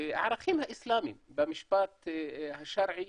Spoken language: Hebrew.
והערכים האיסלמיים במשפט השרעי